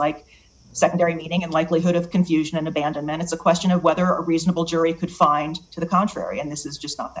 like secondary meaning and likelihood of confusion and abandonment it's a question of whether reasonable jury could find to the contrary and this is just